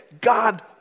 God